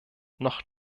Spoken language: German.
noch